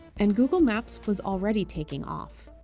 and google maps was already taking off.